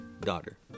daughter